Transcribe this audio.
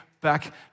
back